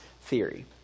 theory